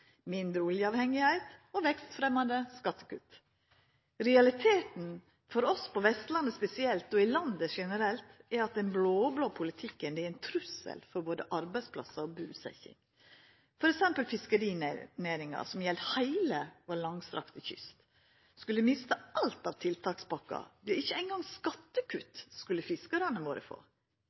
mindre oljeavhengigheit og vekstfremjande skattekutt. Realiteten for oss på Vestlandet spesielt, og i landet generelt, er at den blå-blå politikken er ein trussel for både arbeidsplassar og busetting – til dømes at fiskerinæringa, som gjeld heile vår langstrakte kyst, skulle mista alt av tiltakspakker, ja, ikkje eingong skattekutt skulle fiskarane våre få.